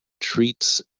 treats